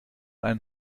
ein